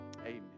amen